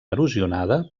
erosionada